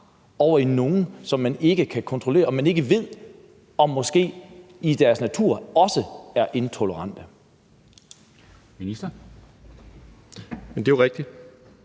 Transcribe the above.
over til nogen, som man ikke kan kontrollere, og som man ikke ved om i deres natur måske også er intolerante.